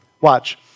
Watch